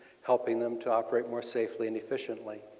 helping them to operate more safely and efficiently.